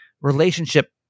relationship